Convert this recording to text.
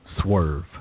Swerve